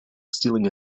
stealing